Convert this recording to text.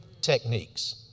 techniques